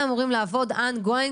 אתם אמורים לעבוד ongoing,